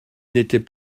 n’étaient